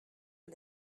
aux